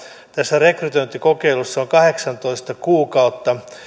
tässä rekrytointikokeilussa on kahdeksantoista kuukautta